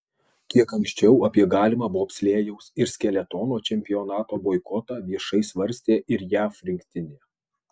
kiek anksčiau apie galimą bobslėjaus ir skeletono čempionato boikotą viešai svarstė ir jav rinktinė